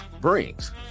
brings